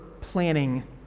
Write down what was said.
planning